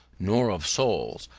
nor of souls,